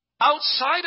outside